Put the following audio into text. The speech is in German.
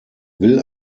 will